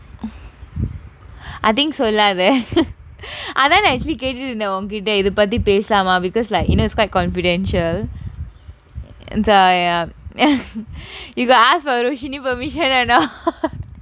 I think சொல்லாத:sollaatha அதான் நான்:athaan naan actually கேட்டுட்டு இருந்தேன் ஒன் கிட்ட இத பத்தி பேசாம:kettuttu irunthaen on kitta itha paththi pesaama because like you know it's quite confidential and ya ya you got ask for roshni's permission or not